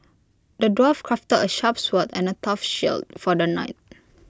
the dwarf crafted A sharp sword and A tough shield for the knight